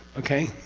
okay?